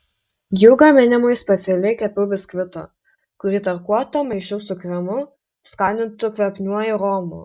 jų gaminimui specialiai kepiau biskvitą kurį tarkuotą maišiau su kremu skanintu kvapniuoju romu